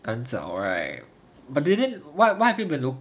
难找 right but then why people don't